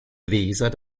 weser